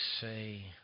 say